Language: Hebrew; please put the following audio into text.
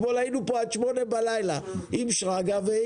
אתמול היינו פה עד שמונה בלילה עם שרגא.